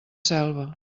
selva